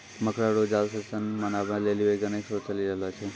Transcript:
मकड़ा रो जाल से सन बनाबै लेली वैज्ञानिक शोध चली रहलो छै